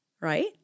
Right